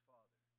Father